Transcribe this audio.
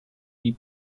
die